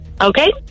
okay